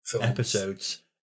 episodes